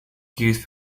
used